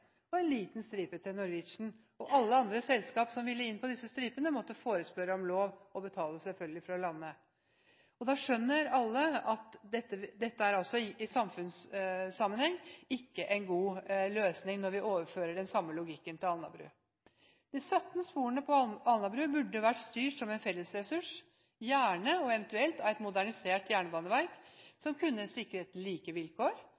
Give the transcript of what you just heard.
en liten stripe av Norwegian, og alle andre selskaper som ville inn på disse stripene, måtte forespørre om lov og selvfølgelig betale for å lande. Da skjønner alle at dette i samfunnssammenheng ikke er en god løsning når vi overfører den samme logikken til Alnabru. De 17 sporene på Alnabru burde vært styrt som en fellesressurs, gjerne – eventuelt – av et modernisert jernbaneverk som kunne sikret like vilkår,